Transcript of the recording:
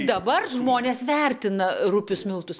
dabar žmonės vertina rupius miltus